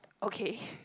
okay